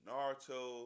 Naruto